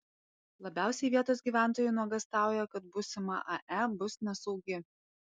labiausiai vietos gyventojai nuogąstauja kad būsima ae bus nesaugi